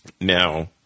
Now